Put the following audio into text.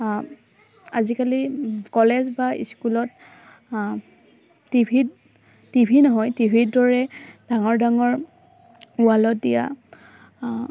আজিকালি কলেজ বা স্কুলত টিভিত টিভি নহয় টিভিৰ দৰে ডাঙৰ ডাঙৰ ৱালত দিয়া